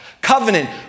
Covenant